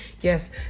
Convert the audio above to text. Yes